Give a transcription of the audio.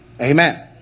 Amen